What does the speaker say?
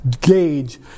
gauge